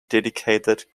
dedicated